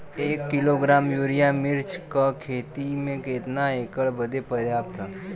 एक kilogram urea मिर्च क खेती में कितना एकड़ बदे पर्याप्त ह?